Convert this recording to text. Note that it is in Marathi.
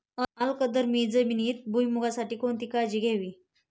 अल्कधर्मी जमिनीत भुईमूगासाठी कोणती काळजी घ्यावी?